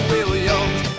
Williams